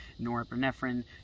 norepinephrine